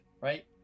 right